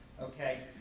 Okay